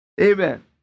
Amen